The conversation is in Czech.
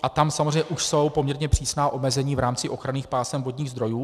A tam samozřejmě už jsou poměrně přísná omezení v rámci ochranných pásem vodních zdrojů.